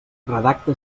redacta